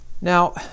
Now